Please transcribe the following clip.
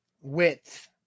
width